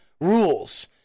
Rules